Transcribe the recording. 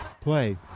play